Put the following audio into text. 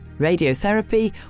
radiotherapy